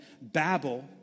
Babel